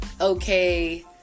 okay